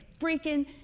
freaking